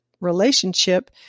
relationship